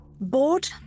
bored